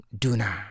duna